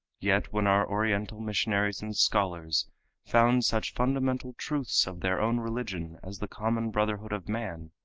yet when our oriental missionaries and scholars found such fundamental truths of their own religion as the common brotherhood of man,